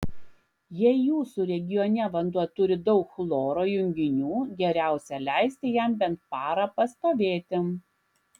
jei jūsų regione vanduo turi daug chloro junginių geriausia leisti jam bent parą pastovėti